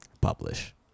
Publish